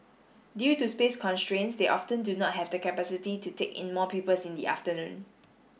due to space constraints they often do not have the capacity to take in more pupils in the afternoon